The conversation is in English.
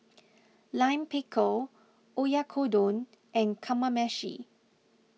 Lime Pickle Oyakodon and Kamameshi